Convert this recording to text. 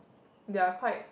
they're quite